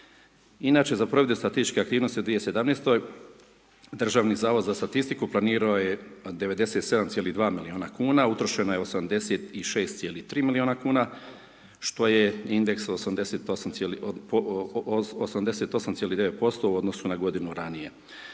Inače za provedbu statističke aktivnosti u 2017. Državni zavod za statistiku planirao je 97.2 miliona kuna utrošeno je 86.3. miliona kuna, što je indeks 88.9% u odnosu na godinu ranije.